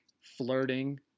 flirting